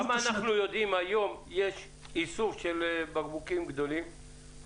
כמה איסוף של מיכלי משקה גדולים אנחנו יודעים שיש היום?